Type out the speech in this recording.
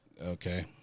Okay